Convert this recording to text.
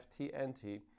ftnt